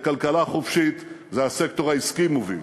כלכלה חופשית זה הסקטור העסקי מוביל.